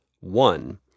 one